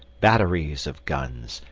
batteries of guns,